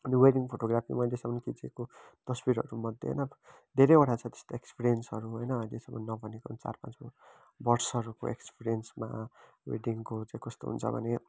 अनि वेडिङ फोटोग्राफीमा अहिलेसम्म खिचेको तस्विरहरूमध्ये होइन धेरैवटा छ त्यस्तो एक्सपिरियन्सहरू होइन अहिलेसम्म नभनेको नि चार पाँच बर्षहरूको एक्सपिरियन्समा वेडिङको चाहिँ कस्तो हुन्छ भने